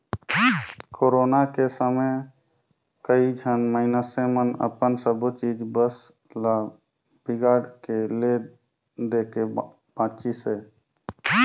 corona के समे कइझन मइनसे मन अपन सबो चीच बस ल बिगाड़ के ले देके बांचिसें